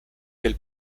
del